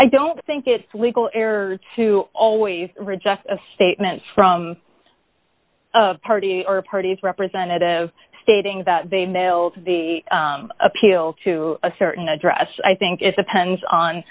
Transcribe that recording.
i don't think it's legal error to always reject a statement from of party or parties representative stating that they mailed the appeal to a certain address i think is the pens on